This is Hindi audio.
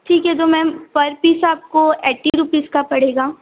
ठीक है तो मैम पर पीस आपको एट्टी रूपीस का पड़ेगा